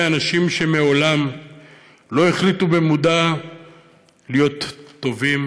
אנשים שמעולם לא החליטו במודע להיות טובים